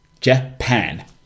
japan